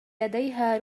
لديها